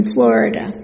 Florida